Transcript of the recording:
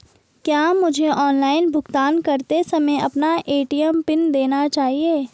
क्या मुझे ऑनलाइन भुगतान करते समय अपना ए.टी.एम पिन देना चाहिए?